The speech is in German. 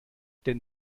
denn